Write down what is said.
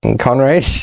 Conrad